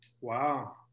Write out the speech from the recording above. Wow